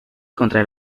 contra